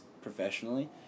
professionally